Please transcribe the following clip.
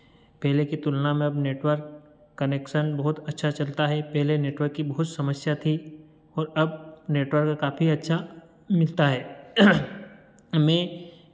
पहले की तुलना में अब नेटवर्क कनेक्शन बहुत अच्छा चलता है पहले नेटवर्क की बहुत समस्या थी और अब नेटवर्क काफी अच्छा मिलता है हमें